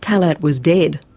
talet was dead.